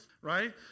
right